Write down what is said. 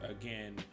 again